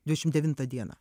dvidešim devintą dieną